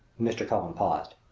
mr. cullen paused.